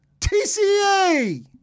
tca